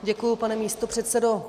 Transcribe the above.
Děkuji, pane místopředsedo.